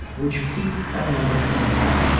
which peaked at number twenty five.